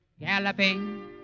Galloping